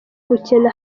gukina